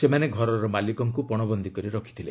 ସେମାନେ ଘରର ମାଲିକଙ୍କୁ ପଣବନ୍ଦୀ କରି ରଖିଥିଲେ